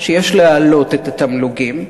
שיש להעלות את התמלוגים.